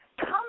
come